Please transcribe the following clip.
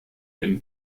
been